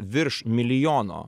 virš milijono